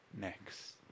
next